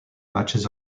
matches